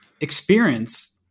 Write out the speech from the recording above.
experience